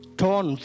torn